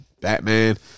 Batman